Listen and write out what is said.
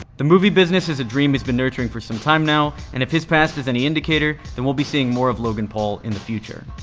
the movie business is a dream he's been nurturing for some time now and if his past is any indicator, then we'll be seeing more of logan paul in the future.